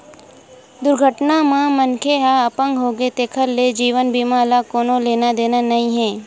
दुरघटना म मनखे ह अपंग होगे तेखर ले जीवन बीमा ल कोनो लेना देना नइ हे